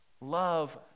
Love